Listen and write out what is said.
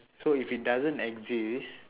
so if it doesn't exist